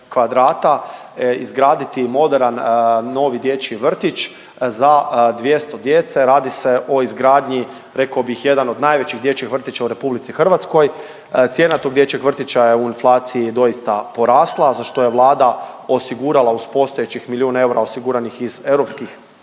kvadrata izgraditi moderan novi dječji vrtić za 200 djece. Radi se o izgradnji reko bih jedan od najvećih dječjih vrtića u RH, cijena tog dječjeg vrtića u inflaciji doista porasla za što je Vlada osigurala uz postojećih milijun eura osiguranih iz europskih